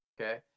okay